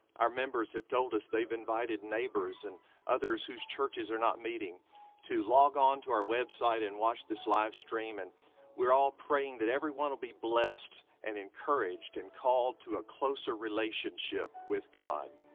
our members have told us they've invited neighbors and others whose churches are not meeting to log on to our website and watch this live stream, and we're all praying that everyone will be blessed and encouraged and called to a closer relationship with god.